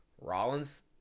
Rollins